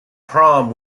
prom